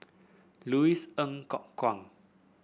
Louis Ng Kok Kwang